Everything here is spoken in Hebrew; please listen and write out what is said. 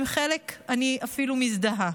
עם חלק אני אפילו מזדהה.